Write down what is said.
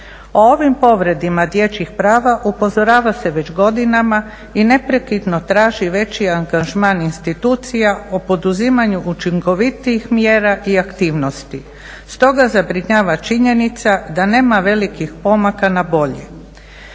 O ovim povredama dječjih prava upozorava se već godinama i neprekidno traži veći angažman institucija o poduzimanju učinkovitijih mjera i aktivnosti. Stoga zabrinjava činjenica da nema velikih pomaka na bolje.